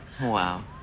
Wow